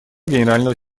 генерального